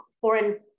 foreign